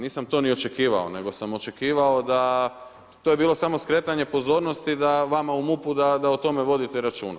Nisam to niti očekivao, nego sam očekivao, to je bilo samo skretanje pozornosti vama u MUP-u da o tome vodite računa.